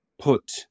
put